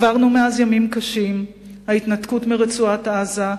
עברנו מאז ימים קשים, ההתנתקות מרצועת-עזה,